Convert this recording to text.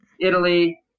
Italy